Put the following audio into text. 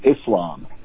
Islam